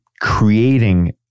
creating